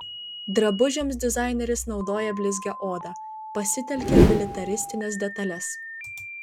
drabužiams dizaineris naudoja blizgią odą pasitelkia militaristines detales